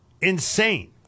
Insane